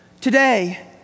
Today